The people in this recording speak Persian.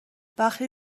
وقتی